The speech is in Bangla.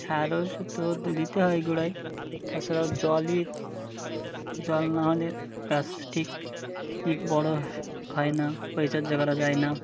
সার তো দিতে হয় গোড়ায় তা ছাড়াও জলই জল না হলে গাস ঠিক ঠিক বড় হয় না পরিচর্যা করা যায় না